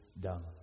done